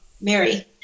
mary